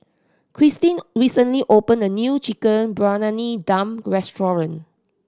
Christeen recently opened a new Chicken Briyani Dum restaurant